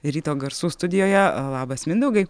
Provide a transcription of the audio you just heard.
ryto garsų studijoje labas mindaugai